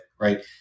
right